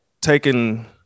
taking